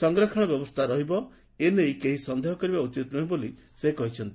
ସଂରକ୍ଷଣ ବ୍ୟବସ୍ଥା ରହିବ ଏ ନେଇ କେହି ସନ୍ଦେହ କରିବା ଉଚିତ ନୁହେଁ ବୋଲି ସେ କହିଛନ୍ତି